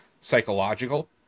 psychological